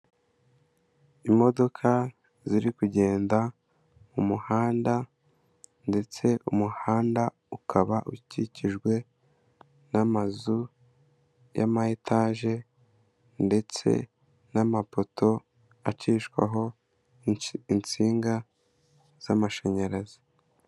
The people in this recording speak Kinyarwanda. Imodoka ziri kugenda mu muhanda ndetse umuhanda ukaba ukikijwe n'amazu y'amataje ndetse n'amapoto acishwaho insinga z'amashanyarazi.